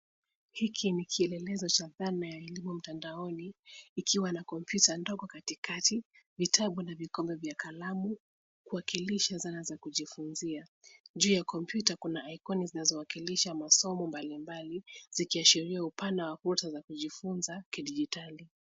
Hiki ni kielelezo cha dhana ya elimu mtandaoni ikiwa na kompyuta ndogo katikati, vitabu na vikombe vya kalamu kuwakilisha dhana za kujifunzia. Juu yakompyuta kuna ikoni zinazowakilisha masomo mbalimbali zikiahiria upana wa fursa za kujifunza kidijitali.